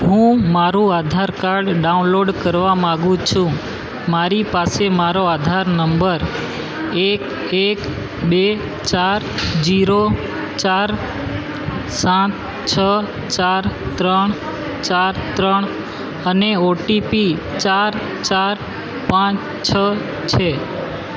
હું મારું Aadhaar card download કરવા માગું છું મારી પાસે મારો આધાર નંબર એક એક બે ચાર જીરો ચાર સાત છ ચાર ત્રણ ચાર ત્રણ અને ઓટીપી ચાર ચાર પાંચ છ છે